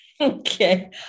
Okay